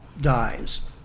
dies